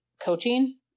coaching